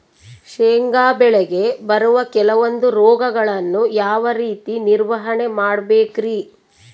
ಶೇಂಗಾ ಬೆಳೆಗೆ ಬರುವ ಕೆಲವೊಂದು ರೋಗಗಳನ್ನು ಯಾವ ರೇತಿ ನಿರ್ವಹಣೆ ಮಾಡಬೇಕ್ರಿ?